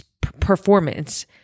performance